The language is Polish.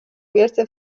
wielce